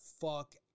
fuck